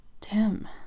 Tim